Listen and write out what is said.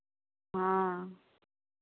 हाँ